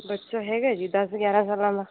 ਬੱਚਾ ਹੈਗਾ ਜੀ ਦਸ ਗਿਆਰਾਂ ਸਾਲਾਂ ਦਾ